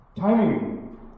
Timing